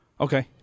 Okay